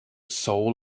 soul